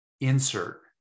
insert